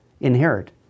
inherit